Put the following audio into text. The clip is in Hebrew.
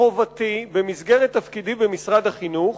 חובתי, במסגרת תפקידי במשרד החינוך,